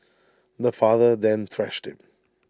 the father then thrashed him